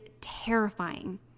terrifying